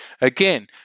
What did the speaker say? Again